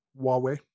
Huawei